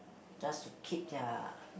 just to keep their